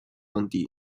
降低